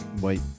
Wait